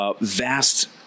Vast